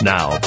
Now